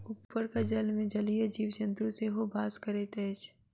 उपरका जलमे जलीय जीव जन्तु सेहो बास करैत अछि